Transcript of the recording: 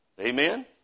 Amen